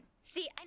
See